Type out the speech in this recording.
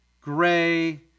gray